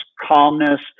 calmness